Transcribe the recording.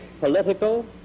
political